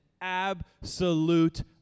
absolute